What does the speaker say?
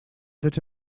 that